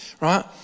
right